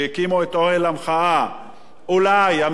אולי הממשלה הזאת תקשיב להם,